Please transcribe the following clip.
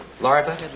larva